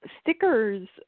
stickers